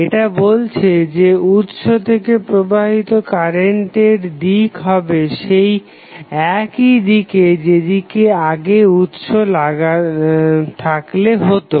এটা বলছে যে উৎস থেকে প্রবাহিত কারেন্টের দিক হবে সেই একই দিকে যেদিকে আগে উৎস থাকলে হতো